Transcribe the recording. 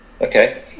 Okay